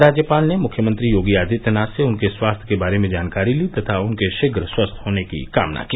राज्यपाल ने मुख्यमंत्री योगी आदित्यनाथ से उनके स्वास्थ्य के बारे में जानकारी ली तथा उनके शीघ्र स्वस्थ होने की कामना की